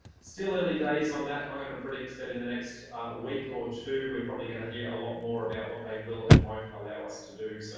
still early days on that. i'm going to predict that in the next week or two we're probably going to hear a lot more about what will and won't allow us to do. so